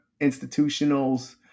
institutionals